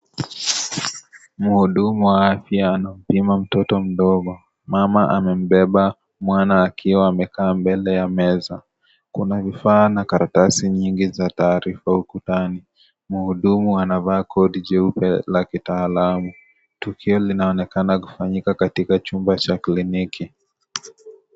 Mhudumu wa afya anampima mtoto mdogo. Mama anambeba mwana akiwa amekaa mbele ya meza. Kuna vifaa na karatasi nyingi za taarifa ukutani. Mhudumu anavaa koti jeupe la kitaalamu. Tukio linaonekana kufanyika katika chumba cha kliniki.